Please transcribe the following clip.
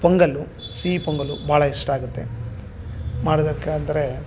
ಪೊಂಗಲ್ಲು ಸಿಹಿ ಪೊಂಗಲ್ಲು ಭಾಳ ಇಷ್ಟ ಆಗುತ್ತೆ ಮಾಡೋದಕ್ಕೆ ಅಂದರೆ